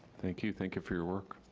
thank you, thank you for your work.